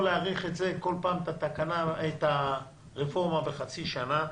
להאריך בכל פעם את הרפורמה בחצי שנה,